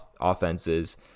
offenses